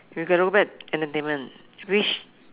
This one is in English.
we got to go back entertainment which